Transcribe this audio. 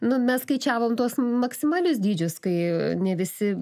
nu mes skaičiavom tuos maksimalius dydžius kai ne visi